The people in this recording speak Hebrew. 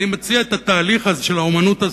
אני מציע את התהליך של האמנות הזאת,